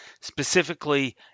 Specifically